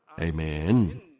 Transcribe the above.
Amen